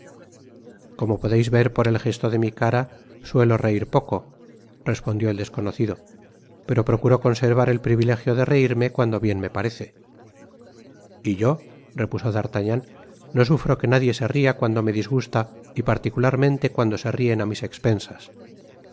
como podeis ver por el gesto de mi cara suelo reir poco respondió el desconocido pero procuro conservar el privilegio de reirme cuando bien me parece y yo repuso d'artagnan no sufro que nadie se ria cuando me disgusta y particularmente cuando se rien á mis expensas